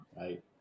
right